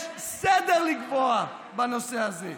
יש סדר לקבוע בנושא הזה.